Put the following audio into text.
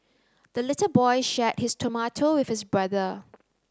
the little boy shared his tomato with his brother